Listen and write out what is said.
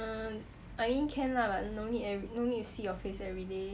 err I mean can lah but no need eve~ no need see your face everyday